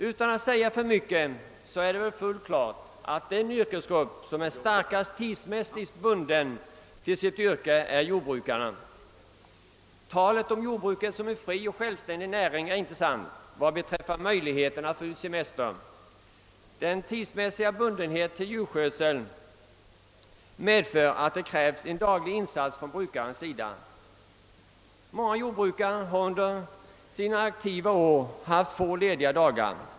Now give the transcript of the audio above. Det är väl inte för mycket sagt att den yrkesgrupp som tidsmässigt är starkast bunden till sitt yrke är jordbrukarna. Talet om jordbruket som en fri och självständig näring är inte sant vad beträffar möjligheten att ta ut semester. Djurskötseln kräver daglig insats från brukarens sida. Många jordbrukare har under sina aktiva år haft få lediga dagar.